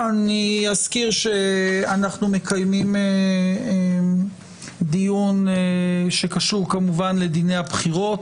אני אזכיר שאנחנו מקיימים דיון שקשור לדיני הבחירות.